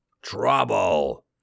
Trouble